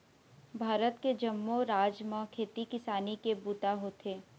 भारत के जम्मो राज म खेती किसानी के बूता होथे